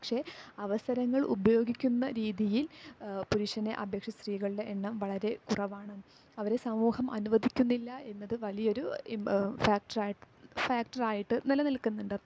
പക്ഷെ അവസരങ്ങൾ ഉപയോഗിക്കുന്ന രീതിയിൽ പുരുഷനെ അപേഷിച്ച് സ്ത്രികളുടെ എണ്ണം വളരെ കുറവാണ് അവരെ സമൂഹം അനുവദിക്കുന്നില്ല എന്നത് വലിയൊരു ഫാക്ടർ ഫാക്ടറായിട്ട് നില നിൽക്കുന്നുണ്ട്